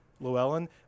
Llewellyn